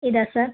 ഇതാ സാർ